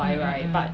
mm mm mm